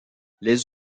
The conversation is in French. les